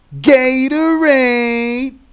Gatorade